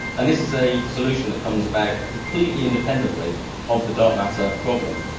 and this is a solution that comes about completely independently of the dark matter problem.